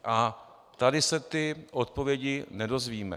A tady se ty odpovědi nedozvíme.